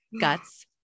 guts